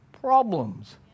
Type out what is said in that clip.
problems